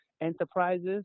enterprises